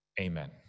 amen